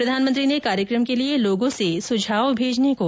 प्रधानमंत्री ने कार्यक्रम के लिए लोगों से सुझाव भेजने को कहा है